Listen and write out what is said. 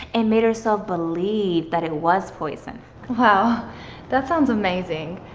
and made herself believe that it was poison. ah that sounds amazing.